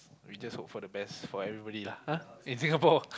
we just hope for the best for everybody lah !huh! in Singapore